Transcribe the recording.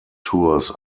tours